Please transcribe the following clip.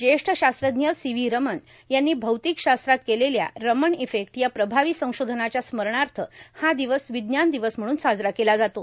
ज्येष्ठ शास्त्रज्ञ C V Raman यांनी रौर्तिक शास्त्रात केलेल्या रमन इफेक्ट या प्रभावी संशोधानाच्या स्मरणाथ हा र्दिवस र्विज्ञान र्दिवस म्हणून साजरा केला जातो